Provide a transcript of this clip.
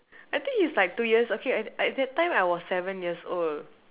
I think it's like two years okay I at that time I was seven years old